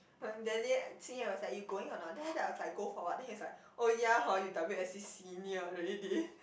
that day Xing-Ye was like you going or not then after that I was like go for what then he's like oh ya hor you W_S_C senior already